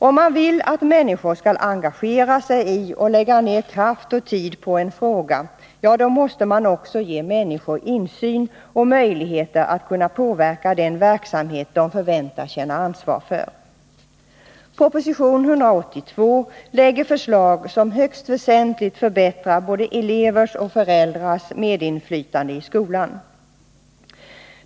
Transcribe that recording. Om man vill att människor skall engagera sig i och lägga ner kraft och tid på en fråga måste man också ge dessa människor insyn i verksamheten och möjligheter att påverka det som de förväntas känna ansvar för. I proposition 182 lägger regeringen fram förslag som högst väsentligt förbättrar både elevernas och föräldrarnas medinflytande i skolan.